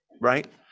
right